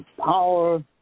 Power